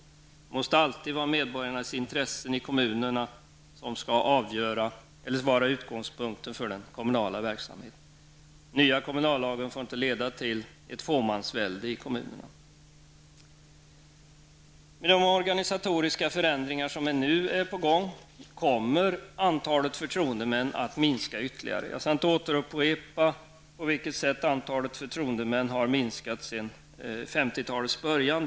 Det måste alltid vara medborgarnas intressen i kommunerna som skall vara utgångspunkten för den kommunala verksamheten. Den nya kommunallagen får inte leda till ett fåmansvälde i kommunerna. Med de organisatoriska förändringar som nu är på gång kommer antalet förtroendemän att minska ytterligare. Jag skall inte återupprepa på vilket sätt antalet förtroendemän har minskat sedan 50-talets början.